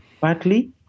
partly